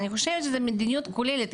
אני חושבת שזו מדיניות כוללת,